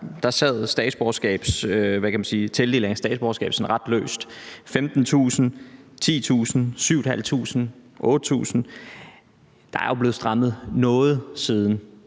sad tildelingen af statsborgerskaber sådan ret løst: 15.000, 10.000, 7.500, 8.000. Der er jo blevet strammet noget op siden.